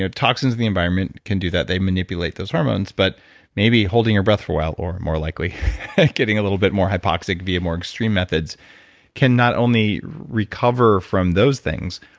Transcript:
ah toxins in the environment can do that, they manipulate those hormones, but maybe holding your breath for a while or more likely getting a little bit more hypoxic via more extreme methods can not only recover from those things,